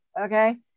Okay